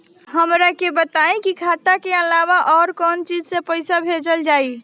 हमरा के बताई की खाता के अलावा और कौन चीज से पइसा भेजल जाई?